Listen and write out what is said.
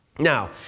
now